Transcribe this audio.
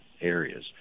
areas